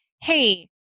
hey